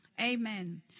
Amen